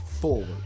forward